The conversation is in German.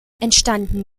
entstanden